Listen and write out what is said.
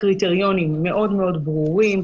קריטריונים מאוד מאוד ברורים,